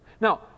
Now